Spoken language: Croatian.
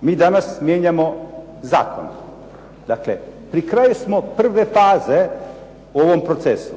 Mi danas mijenjamo zakon. Dakle, pri kraju smo prve faze u ovom procesu.